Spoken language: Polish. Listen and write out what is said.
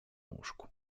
łóżku